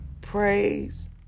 praise